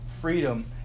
freedom